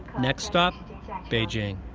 next stop beijing.